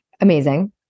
Amazing